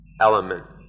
element